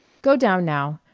go down now,